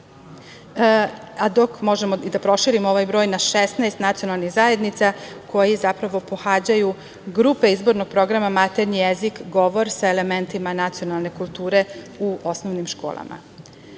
broj možemo i da proširimo na 16 nacionalnih zajednica koji zapravo pohađaju grupe izbornog programa maternji jezik – govor, sa elementima nacionalne kulture u osnovnim školama. Komiteti